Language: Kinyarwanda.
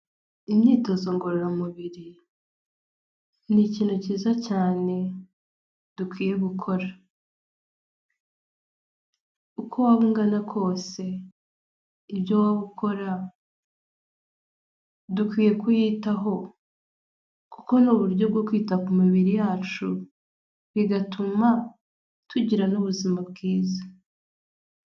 Imyitozo ngororamubiri ni ikintu cyane dukwiye gukora, uko waba ungana kose ibyo waba ukora, dukwiye kuyitaho kuko ni uburyo bwo kwita ku mibiri yacu bigatuma tugira ubuzima bwiza.